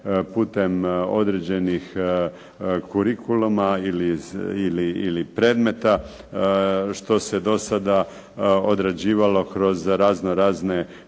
putem određenih curiculuma ili predmeta, što se do sada određivalo kroz raznorazne